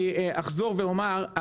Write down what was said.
אני אחזור ואומר,